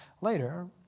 later